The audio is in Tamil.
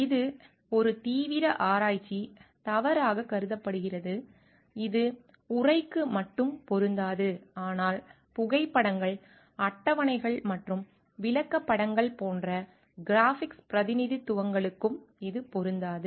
இது ஒரு தீவிர ஆராய்ச்சி தவறாகக் கருதப்படுகிறது இது உரைக்கு மட்டும் பொருந்தாது ஆனால் புகைப்படங்கள் அட்டவணைகள் மற்றும் விளக்கப்படங்கள் போன்ற கிராபிக்ஸ் பிரதிநிதித்துவங்களுக்கும் இது பொருந்தாது